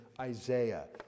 Isaiah